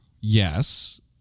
Yes